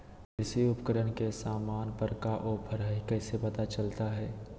कृषि उपकरण के सामान पर का ऑफर हाय कैसे पता चलता हय?